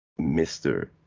mr